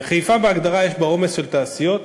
חיפה, בהגדרה, יש בה עומס של תעשיות,